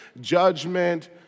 judgment